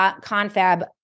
confab